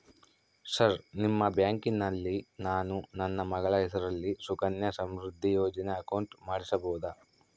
Sir ನಿಮ್ಮ ಬ್ಯಾಂಕಿನಲ್ಲಿ ನಾನು ನನ್ನ ಮಗಳ ಹೆಸರಲ್ಲಿ ಸುಕನ್ಯಾ ಸಮೃದ್ಧಿ ಯೋಜನೆ ಅಕೌಂಟ್ ಮಾಡಿಸಬಹುದಾ?